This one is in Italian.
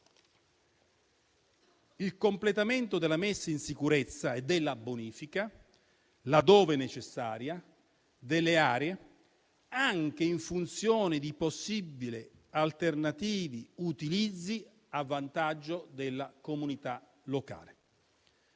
il completamento della messa in sicurezza e della bonifica, laddove necessaria, delle aree, anche in funzione di possibili alternativi utilizzi a vantaggio della comunità locale.